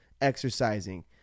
exercising